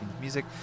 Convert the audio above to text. Music